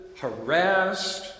harassed